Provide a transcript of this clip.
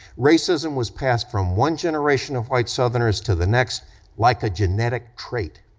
racism was passed from one generation of white southerners to the next like a genetic trait.